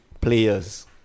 players